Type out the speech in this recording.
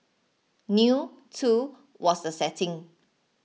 new too was the setting